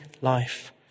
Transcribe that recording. life